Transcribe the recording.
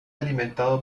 alimentado